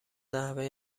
نحوه